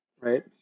right